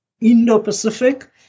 Indo-Pacific